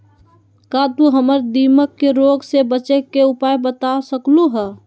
का तू हमरा दीमक के रोग से बचे के उपाय बता सकलु ह?